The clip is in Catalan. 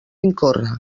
incórrer